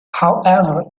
however